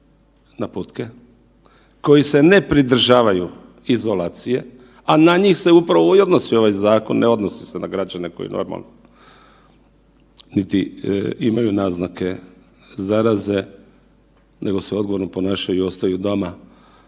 naputke koji se ne pridržavaju izolacije, a na njih se upravo i odnosi ovaj zakon, ne odnosi se na građane koji normalno niti imaju naznake zaraze nego se odgovorno ponašaju jer ostaju doma